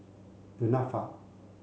Du Nanfa